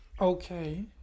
Okay